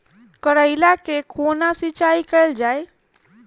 करैला केँ कोना सिचाई कैल जाइ?